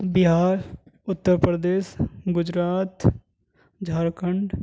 Bihar Uttar Pradesh Gujarat Jharkhand